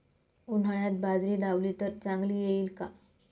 उन्हाळ्यात बाजरी लावली तर चांगली येईल का?